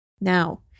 Now